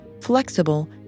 flexible